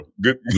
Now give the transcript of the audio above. Good